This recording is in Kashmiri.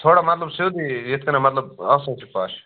تھوڑا مطلب سیٚودُے یِتھ کَنۍ مطلب آسان چھُ پَش